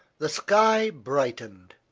the sky brightened,